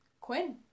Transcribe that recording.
Quinn